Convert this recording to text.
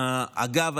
אגב,